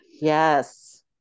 yes